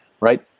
right